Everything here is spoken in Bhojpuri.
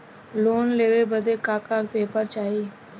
लोन लेवे बदे का का पेपर चाही?